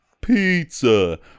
pizza